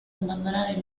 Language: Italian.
abbandonare